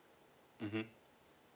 mmhmm